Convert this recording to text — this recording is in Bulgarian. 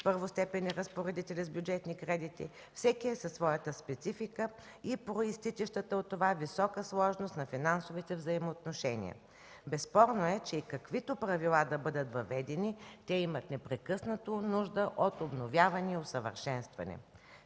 първостепенни разпоредители с бюджетни кредити, всеки е със своята специфика и произтичащата от това висока сложност на финансовите взаимоотношения. Безспорно е, че каквито и правила да бъдат въведени, те имат непрекъснато нужда от обновяване и усъвършенстване.